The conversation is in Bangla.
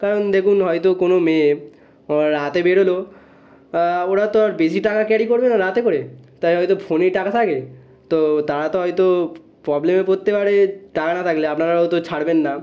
কারণ দেখুন হয়তো কোনো মেয়ে রাতে বেরোল ওরা তো আর বেশি টাকা ক্যারি করবে না রাতে করে তাই হয়তো ফোনেই টাকা থাকে তো তারা তো হয়তো প্রবলেমে পড়তে পারে টাকা না থাকলে আপনারাও তো ছাড়বেন না